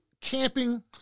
camping